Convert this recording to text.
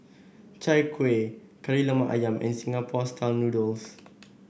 Chai Kueh Kari Lemak ayam and Singapore style noodles